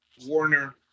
Warner